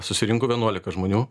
susirinko vienuolika žmonių